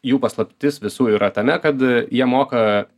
jų paslaptis visų yra tame kad jie moka